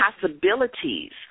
possibilities